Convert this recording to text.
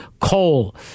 coal